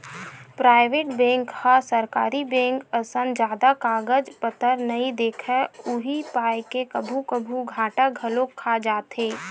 private bank ह सरकारी bank असन जादा कागज पतर नइ देखय उही पाय के कभू कभू घाटा घलोक खा जाथे